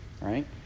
right